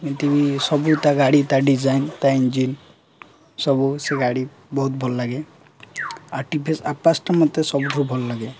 ଏମିତିି ସବୁ ତା ଗାଡ଼ି ତା ଡିଜାଇନ୍ ତା ଇଞ୍ଜିନ୍ ସବୁ ସେ ଗାଡ଼ି ବହୁତ ଭଲ ଲାଗେ ଆର୍ ଟିଭିଏସ୍ ଆପାଚ୍ଟା ମୋତେ ସବୁଠୁ ଭଲ ଲାଗେ